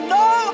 no